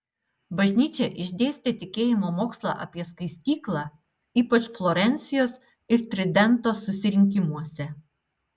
bažnyčia išdėstė tikėjimo mokslą apie skaistyklą ypač florencijos ir tridento susirinkimuose